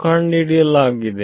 ಕಂಡು ಹಿಡಿಯಲಾಗಿದೆ